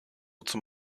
zum